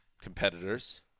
competitors